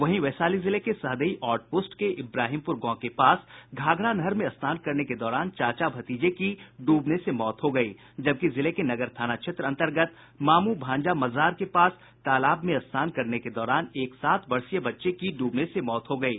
वहीं वैशाली जिले के सहदेई आउट पोस्ट के इब्राहिमपुर गांव के पास घाघरा नहर में स्नान करने के दौरान चाचा भतीजे की डूबने से मौत हो गयी जबकि जिले के नगर थाना क्षेत्र अंतर्गत मामू भांजा मजार के पास तालाब में स्नान करने के दौरान एक सात वर्षीय बच्चे की डूबने से मौत हो गयी